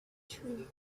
true